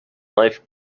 life